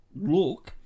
look